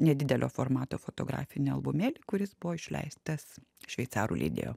nedidelio formato fotografinį albumėlį kuris buvo išleistas šveicarų leidėjo